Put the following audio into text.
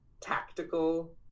tactical